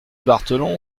barthelon